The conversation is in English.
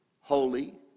holy